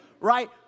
right